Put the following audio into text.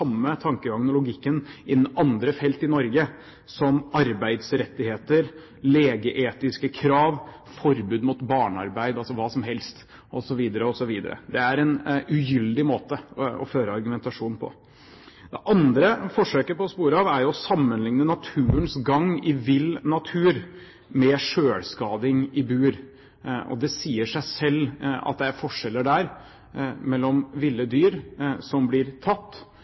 innen andre felt i Norge, som arbeidsrettigheter, legeetiske krav, forbud mot barnearbeid osv. Det er en ugyldig måte å føre argumentasjon på. Det andre forsøket på å spore av er jo å sammenligne naturens gang i vill natur med selvskading i bur. Det sier seg selv at det er forskjeller der mellom ville dyr som blir tatt,